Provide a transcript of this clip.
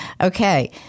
Okay